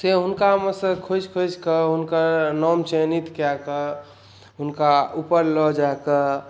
से हुनकामेसँ खोजि खोजि कऽ हुनकर नाम चयनित कए कऽ हुनका ऊपर लऽ जा कऽ